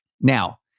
Now